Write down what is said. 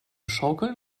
schaukeln